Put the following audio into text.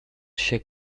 się